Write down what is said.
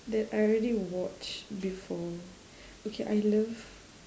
that I already watch before okay I love